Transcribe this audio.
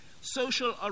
social